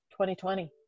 2020